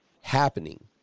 happening